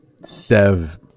Sev